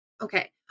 Okay